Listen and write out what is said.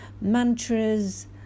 mantras